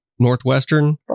Northwestern